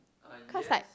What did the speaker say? cause like